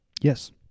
Yes